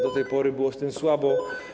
Do tej pory było z tym słabo.